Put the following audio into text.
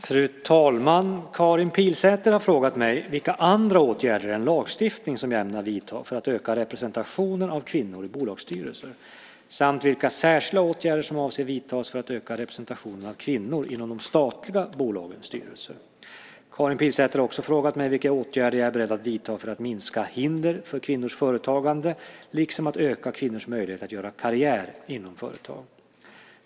Fru talman! Karin Pilsäter har frågat mig vilka andra åtgärder än lagstiftning som jag ämnar vidta för att öka representationen av kvinnor i bolagsstyrelser, samt vilka särskilda åtgärder som avses att vidtas för att öka representationen av kvinnor inom de statliga bolagens styrelse. Karin Pilsäter har också frågat mig vilka åtgärder jag är beredd att vidta för att minska hinder för kvinnors företagande, liksom att öka kvinnors möjlighet att göra karriär inom företag.